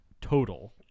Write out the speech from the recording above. total